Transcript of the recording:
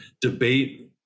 debate